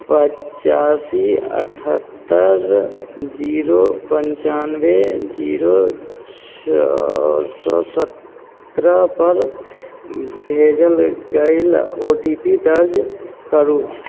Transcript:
पचासी अठहत्तरि जीरो पन्चानबे जीरो छओ सए सत्रहपर भेजल गेल ओ टी पी दर्ज करू